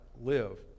live